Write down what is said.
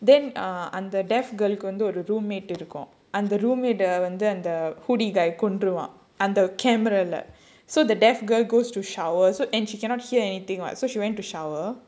then uh அந்த:andha deaf girl ku கு வந்து ஒரு:ku vandhu oru roommate இருக்கும் அந்த:irukkum andha roommate வந்து அந்த:vandhu andha hoodie guy கொன்றுவான் அந்த:kondruvaan andha camera lah so the deaf girl goes to shower so and she cannot hear anything what so she went to shower